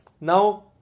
now